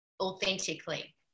Authentically